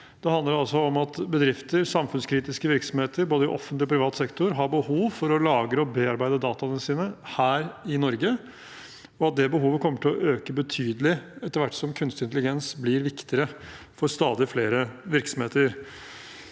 Det handler altså om at bedrifter, samfunnskritiske virksomheter, i både offentlig og privat sektor, har behov for å lagre og bearbeide dataene sine her i Norge, og at det behovet kommer til å øke betydelig etter hvert som kunstig intelligens blir viktigere for stadig flere virksomheter.